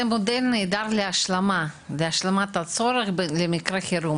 זה מודל נהדר להשלמת הצורך במקרה חירום,